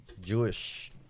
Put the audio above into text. Jewish